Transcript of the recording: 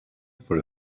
for